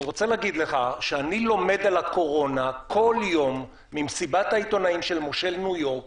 אני למד על הקורונה כל יום ממסיבת העיתונאים של מושל ניו יורק